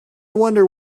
wonder